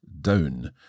down